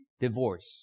divorce